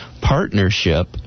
partnership